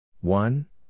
One